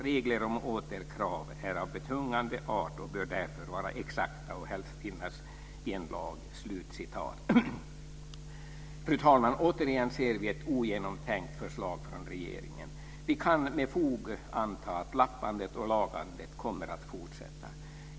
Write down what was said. Regler om återkrav är av betungande art och bör därför vara exakta och helst finnas i en lag." Fru talman! Återigen ser vi ett ogenomtänkt förslag från regeringen. Vi kan med fog anta att lappandet och lagandet kommer att fortsätta.